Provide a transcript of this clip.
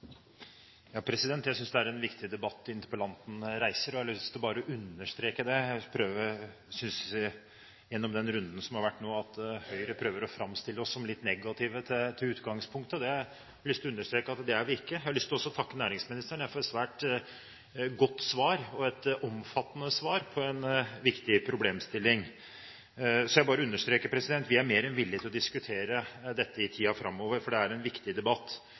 Jeg synes det er en viktig debatt interpellanten reiser – jeg har lyst til å understreke det. Gjennom den runden som nå har vært, synes jeg Høyre prøver å framstille oss som litt negative til utgangspunktet. Jeg vil understreke at det er vi ikke. Jeg har lyst til å takke næringsministeren for et svært godt svar, et omfattende svar, på en viktig problemstilling. Så jeg vil bare understreke at vi er mer enn villig til å diskutere dette i tiden framover, for det er en viktig debatt.